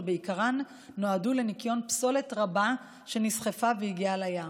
שבעיקרן נועדו לניקיון פסולת רבה שנסחפה והגיעה לים.